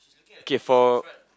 K for